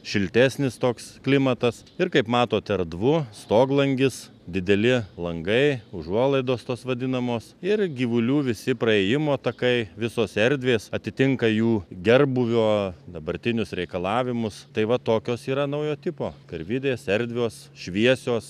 šiltesnis toks klimatas ir kaip matot erdvu stoglangis dideli langai užuolaidos tos vadinamos ir gyvulių visi praėjimo takai visos erdvės atitinka jų gerbūvio dabartinius reikalavimus tai va tokios yra naujo tipo karvidės erdvios šviesios